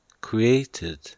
created